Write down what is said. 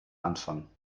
anfang